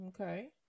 Okay